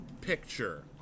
Picture